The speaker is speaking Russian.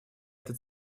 это